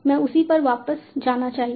हमें उसी पर वापस जाना चाहिए